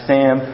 Sam